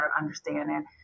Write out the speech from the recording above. understanding